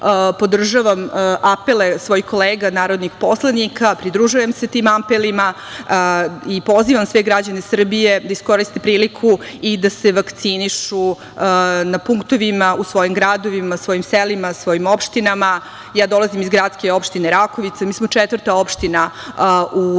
podržavam apele svojih kolega narodnih poslanika, pridružujem se tim apelima i pozivam sve građane Srbije da iskoriste priliku i da se vakcinišu na punktovima, u svojim gradovima, svojim selima, svojim opštinama. Ja dolazim iz gradske opštine Rakovica, mi smo četvrta opština u čitavoj